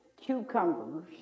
cucumbers